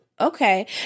Okay